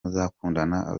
muzakundana